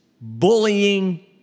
bullying